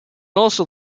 also